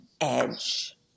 edge